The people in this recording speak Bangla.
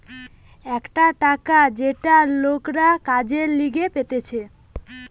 একটা টাকা যেটা লোকরা কাজের লিগে পেতেছে